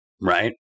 right